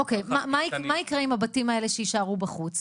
אוקיי, מה היקרה עם הבתים האלה שיישארו בחוץ?